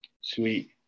Sweet